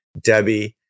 Debbie